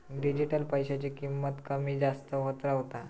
digital पैशाची किंमत कमी जास्त होत रव्हता